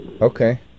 Okay